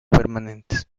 permanentes